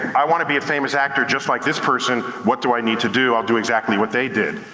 i wanna be a famous actor just like this person, what do i need to do? i'll do exactly what they did.